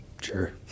Sure